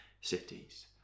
cities